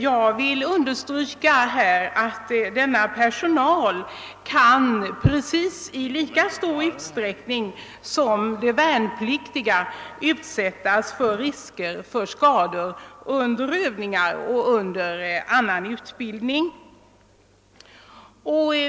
Jag vill understryka att denna personal i precis lika stor utsträckning som den värnpliktiga utsätts för risk för skador under övningar och annan utbildning.